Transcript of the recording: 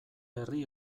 herri